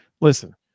Listen